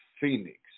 Phoenix